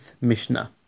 Mishnah